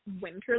winter